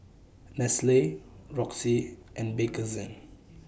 Nestle Roxy and Bakerzin